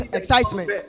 excitement